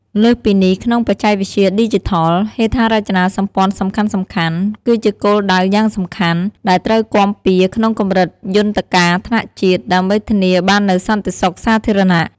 លើសពីនេះ ក្នុងបច្ចេកវិទ្យាឌីជីថល ហេដ្ឋារចនាសម្ព័ន្ធសំខាន់ៗ គឺជាគោលដៅយ៉ាងសំខាន់ ដែលត្រូវគាំពារក្នុងកម្រិតយន្តការថ្នាក់ជាតិ ដើម្បីធានាបាននូវសន្តិសុខសាធារណៈ។